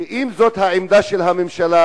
שאם זו העמדה של הממשלה,